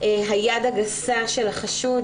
היד הגסה של החשוד,